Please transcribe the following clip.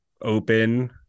open